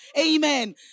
Amen